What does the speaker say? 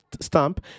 stamp